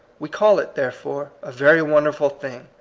we call it, therefore, a very wonderful thing,